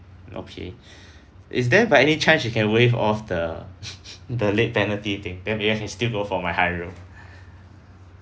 okay is there by any chance you can waive off the the late penalty thing then maybe I can still go for my high room